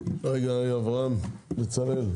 אברהם בצלאל.